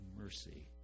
mercy